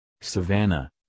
savannah